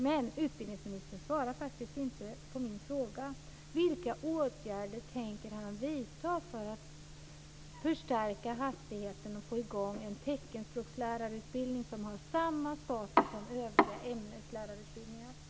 Men utbildningsministern svarar faktiskt inte på min fråga: Vilka åtgärder tänker han vidta för att öka hastigheten och få i gång en teckenspråkslärarutbildning som har samma status som övriga ämneslärarutbildningar?